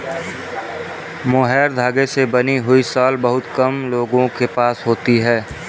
mohair धागे से बनी हुई शॉल बहुत कम लोगों के पास होती है